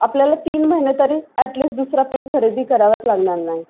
आपल्याला तीन महिने तरी ॲट लिस्ट दुसरा पेन खरेदी करावाच लागणार नाही